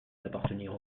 d’appartenir